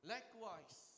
Likewise